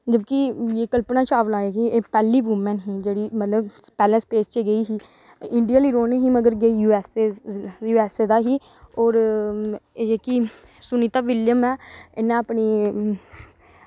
जबकि कल्पना चावला ही एह् इक पैह्ली वूमन ही जेह्ड़ी मतलब पैह्लें स्पेस च गेई ही इंडियन गै रौह्नी ही पर गेई U S A U S A दा ही होर एह् जेह्की सुनीता विलियम ऐ इन्नै अपनी